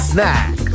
Snack